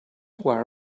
wear